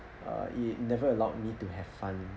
uh it never allowed me to have fun